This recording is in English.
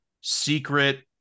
secret